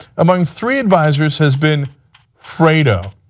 among three advisors has been fredo,